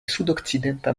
sudokcidenta